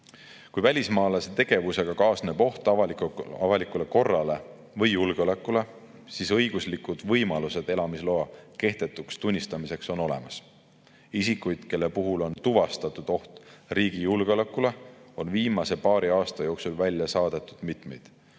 Kui välismaalase tegevusega kaasneb oht avalikule korrale või julgeolekule, siis õiguslikud võimalused elamisloa kehtetuks tunnistamiseks on olemas. Isikuid, kelle puhul on tuvastatud oht riigi julgeolekule, on viimase paari aasta jooksul välja saadetud mitmeid,